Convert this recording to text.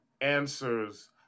answers